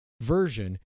version